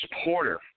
supporter